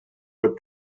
but